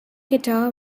guitar